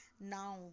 Now